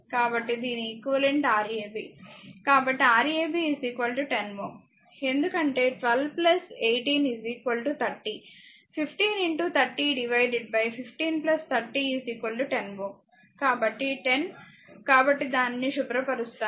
కాబట్టి దీని equivalent Rab కాబట్టి Rab 10 Ω ఎందుకంటే 1218 30 15 30 15 30 10Ω కాబట్టి 10 కాబట్టి దానిని శుభ్రపరుస్తాను